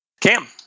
Cam